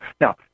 Now